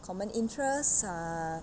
common interest err